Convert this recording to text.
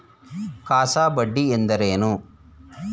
CASA ಬಡ್ಡಿ ಎಂದರೇನು?